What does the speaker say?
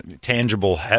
tangible